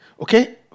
Okay